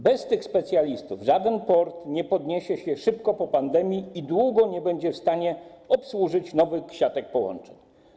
Bez tych specjalistów żaden port nie podniesie się szybko po pandemii i długo nie będzie w stanie obsłużyć nowych siatek połączeń.